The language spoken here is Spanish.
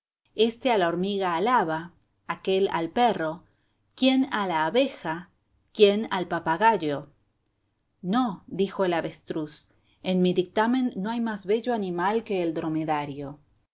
éste a la hormiga alaba aquél al perro quién a la abeja quién al papagayo no dijo el avestruz en mi dictamen no hay más bello animal que el dromedario